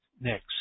Next